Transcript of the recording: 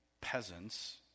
peasants